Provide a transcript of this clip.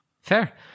Fair